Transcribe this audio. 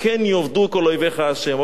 וכן יאבדו כל אויביך השם.